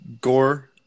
gore